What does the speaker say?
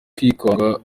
kwikanga